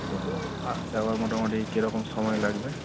তো আসতে আবার মোটামুটি কিরকম সময় লাগবে